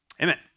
Amen